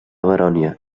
baronia